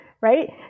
right